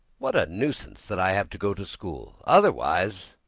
what a nuisance that i have to go to school! otherwise.